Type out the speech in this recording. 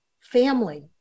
family